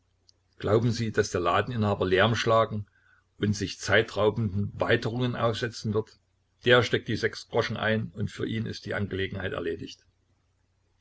glauben sie daß der ladeninhaber lärm schlagen und sich zeitraubenden weiterungen aussetzen wird der steckt die sechs groschen ein und für ihn ist die angelegenheit erledigt